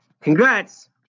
congrats